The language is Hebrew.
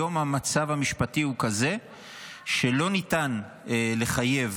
היום המצב המשפטי הוא כזה שלא ניתן לחייב